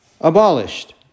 abolished